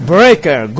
Breaker